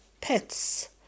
pets